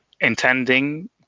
intending